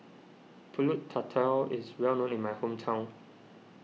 Pulut Tatal is well known in my hometown